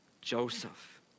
Joseph